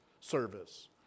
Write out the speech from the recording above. service